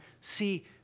see